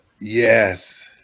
Yes